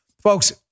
folks